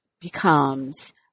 becomes